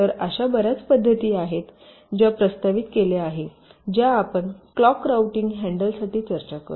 तर अशा बर्याच पद्धती आहेत ज्या प्रस्तावित केल्या आहेत ज्या आपण क्लॉक राउटिंग हॅंडलसाठी चर्चा करू